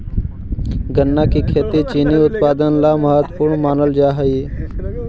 गन्ना की खेती चीनी उत्पादन ला महत्वपूर्ण मानल जा हई